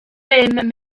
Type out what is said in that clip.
bum